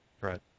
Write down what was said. Right